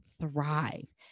thrive